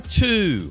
two